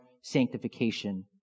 sanctification